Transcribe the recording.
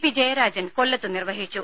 P Jayarajan കൊല്ലത്ത് നിർവഹിച്ചു